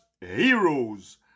heroes